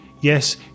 Yes